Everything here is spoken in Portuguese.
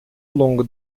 longo